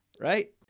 Right